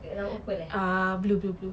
dia dah open eh